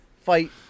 fight